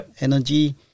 energy